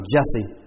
Jesse